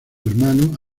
hermano